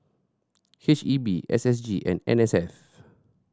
H E B S S G and N S F